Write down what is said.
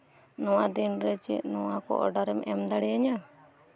ᱱᱚᱣᱟ ᱫᱤᱱᱨᱮ ᱪᱮᱫ ᱱᱚᱣᱟ ᱠᱚ ᱚᱰᱟᱨ ᱮᱢ ᱮᱢ ᱫᱟᱲᱮ ᱟᱹᱧᱟ